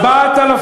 4,000